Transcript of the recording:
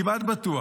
אני כמעט בטוח